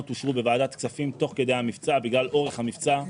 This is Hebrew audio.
אושרו בוועדת כספים תוך כדי המבצע בגלל אורך המבצע.